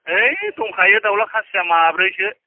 है दंखायो दावला खासिया माब्रैसो